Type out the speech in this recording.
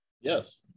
Yes